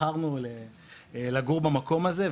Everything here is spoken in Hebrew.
בחרנו לגור במקום הזה,